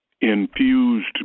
infused